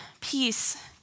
peace